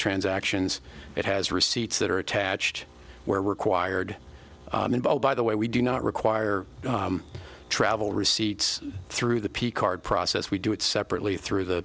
transactions it has receipts that are attached where required by the way we do not require travel receipts through the p card process we do it separately through the